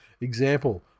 Example